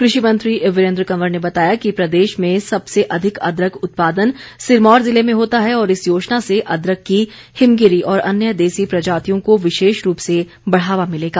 कृषि मंत्री वीरेन्द्र कंवर ने बताया कि प्रदेश में सबसे अधिक अदरक उत्पादन सिरमौर जिले में होता है और इस योजना से अदरक की हिमगिरी और अन्य देसी प्रजातियों को विशेष रूप से बढ़ावा मिलेगा